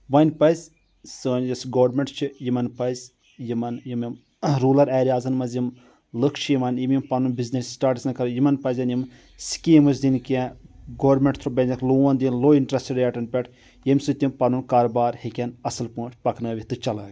وۄنۍ پزِ سٲنۍ یۄس گورمیٚنٹ چھِ یِمن پزِ یِمن یِم یِم رولر ایریازن منٛز یِم لُکھ چھِ یِوان یِم یِم پنُن بزنس سٹارٹ یژھان کرُن یِمن پزَن یِم سِکیٖمٕز دِنہٕ کینٛہہ گورمیٚنٹ تھرو پزیٚکھ لون دِیُن لو انٹرسٹ ریٹن پٮ۪ٹھ ییٚمہِ سۭتۍ تِم پنُن کارٕ بار ہیٚکَن اصٕل پٲٹھۍ پکنٲیتھ تہٕ چلٲوِتھ